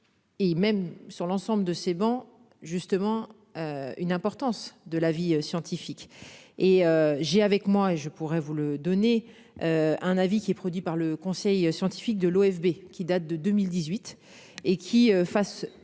Et même sur l'ensemble de ces bancs, justement. Une importance de l'avis scientifique et j'ai avec moi et je pourrais vous le donner. Un avis qui est produit par le conseil scientifique de l'OFB qui date de 2018 et qui, face